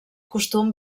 costum